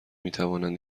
میتوانند